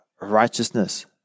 righteousness